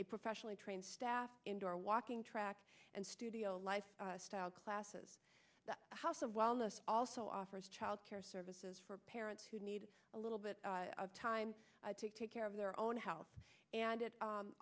a professionally trained staff indoor walking track and studio life style classes house of wellness also offers childcare services for parents who need a little bit of time to take care of their own health and it